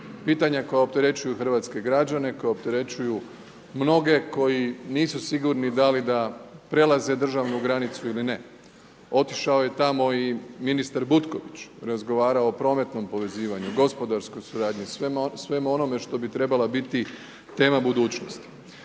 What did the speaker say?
pitanja koja opterećuju hrvatske građane, koja opterećuju mnoge koji nisu sigurni da li da prelaze državnu granicu ili ne. Otišao je tamo i ministar Butković, razgovarao o prometnom povezivanju, gospodarskoj suradnji, svemu onome što bi trebala biti tema budućnosti.